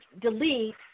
delete